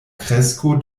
kresko